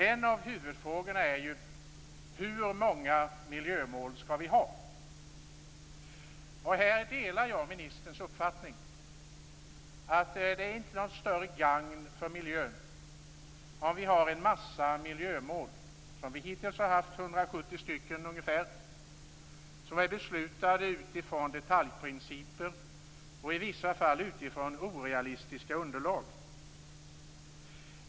En av huvudfrågorna är: Hur många miljömål skall vi ha? Här delar jag ministerns uppfattning, att det inte är till något större gagn för miljön om vi har en massa miljömål, som det varit hittills ungefär 170, och som är beslutade utifrån detaljprinciper och i vissa fall utifrån orealistiska underlag.